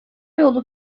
yolu